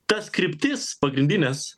tas kryptis pagrindines